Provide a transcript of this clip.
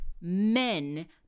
men